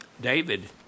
David